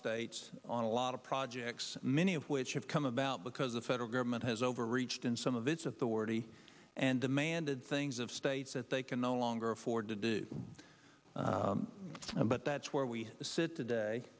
states on a lot of projects many of which have come about because the federal government has overreached in some of its authority and demanded things of states that they can no longer afford to do but that's where we sit today